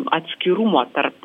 atskirumo tarp